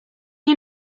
nie